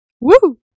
Woo